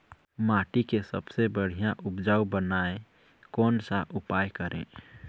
माटी के सबसे बढ़िया उपजाऊ बनाए कोन सा उपाय करें?